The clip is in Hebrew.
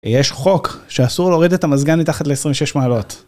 יש חוק שאסור להוריד המזגן מתחת ל-26 מעלות